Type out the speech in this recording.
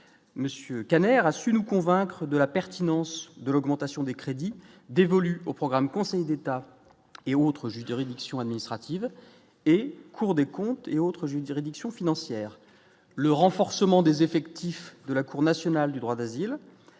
Kanner a su nous convaincre de la pertinence de l'augmentation des crédits dévolus aux programmes, Conseil d'État et autres jus de réduction administrative et Cour des Comptes et autres juridictions financières, le renforcement des effectifs de la Cour nationale du droit d'asile